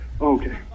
Okay